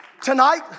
Tonight